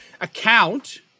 account